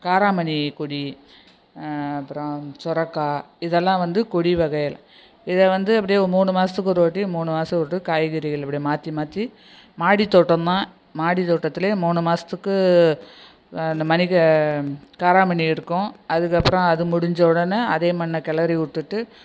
காராமணி கொடி அப்புறோம் சொரக்காய் இதெல்லாம் வந்து கொடி வகைகள் இதை வந்து எப்படியும் மூணு மாதத்துக்கு ஒருவாட்டி மூணு மாதத்துக்கு ஒருவாட்டி காய்கறிகள் அப்டே மாற்றி மாற்றி மாடித்தோட்டமாக மாடித்தோட்டத்துல மூணு மாதத்துக்கு அந்த மணி காராமணி இருக்கும் அதற்கப்றோம் அது முடிஞ்ச உடனே அதே மண்ணை கிளரி விட்டுட்டு